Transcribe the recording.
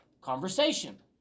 conversation